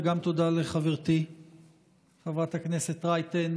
וגם תודה לחברתי חברת הכנסת רייטן,